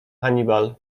hannibal